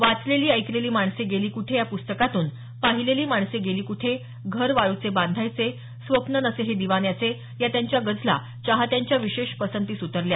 वाचलेली ऐकलेली माणसे गेली कुठे या पुस्तकातून पाहिलेली माणसे गेली कुठे घर वाळूचे बांधायचे स्वप्न नसे हे दिवान्याचे या त्यांच्या गझला चाहत्यांच्या विशेष पसंतीस उतरल्या